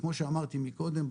וכמו שאמרתי קודם,